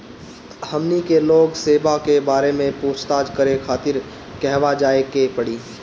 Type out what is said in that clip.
हमनी के लोन सेबा के बारे में पूछताछ करे खातिर कहवा जाए के पड़ी?